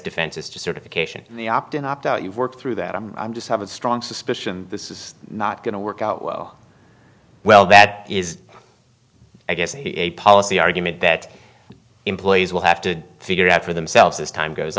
defenses to certification in the opt in opt out you've worked through that i'm just have a strong suspicion this is not going to work out well well that is i guess maybe a policy argument that employees will have to figure out for themselves as time goes